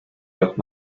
los